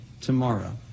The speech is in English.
tomorrow